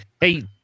Hey